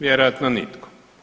Vjerojatno nitko.